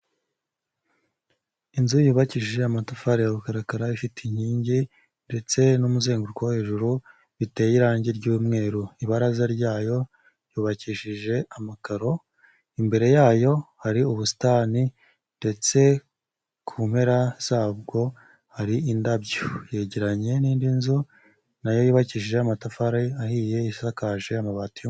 Inzu yubakishije amatafari ya rukarakara ifite inkingi ndetse n'umuzenguruko wo hejuru biteye irangi ry'umweru. Ibaraza ryayo ryubakishije amakaro, imbere yayo hari ubusitani, ndetse ku mpera zabwo hari indabyo, yegeranye n'indi nzu nayo yubakishije amatafari ahiye isakaje amabati yo...